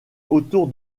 autour